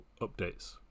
updates